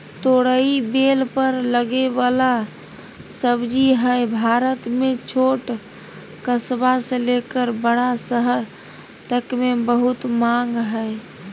तोरई बेल पर लगे वला सब्जी हई, भारत में छोट कस्बा से लेकर बड़ा शहर तक मे बहुत मांग हई